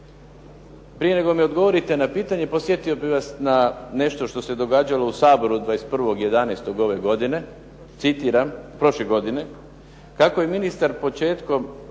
Prije nego mi odgovorite na pitanje podsjetio bih vas na nešto što se događalo u Saboru 21.11. ove godine, citiram, prošle godine. “Kako je ministar početkom